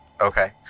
Okay